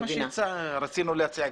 בדיוק מה שרצינו להציע.